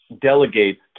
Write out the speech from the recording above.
delegates